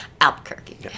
Albuquerque